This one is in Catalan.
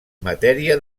matèria